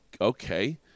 okay